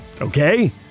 okay